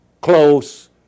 close